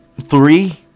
Three